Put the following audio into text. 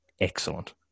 excellent